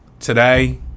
today